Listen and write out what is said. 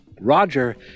roger